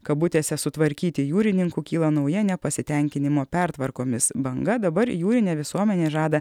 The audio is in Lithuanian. kabutėse sutvarkyti jūrininkų kyla nauja nepasitenkinimo pertvarkomis banga dabar jūrinė visuomenė žada